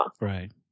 Right